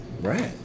Right